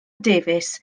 davies